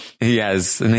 Yes